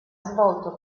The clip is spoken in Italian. svolto